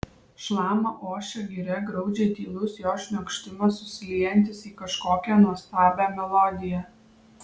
šlama ošia giria graudžiai tylus jos šniokštimas susiliejantis į kažkokią nuostabią melodiją